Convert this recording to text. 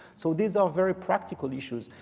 so these are very practical issues.